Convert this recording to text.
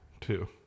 two